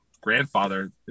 grandfather